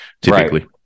typically